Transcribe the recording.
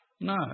No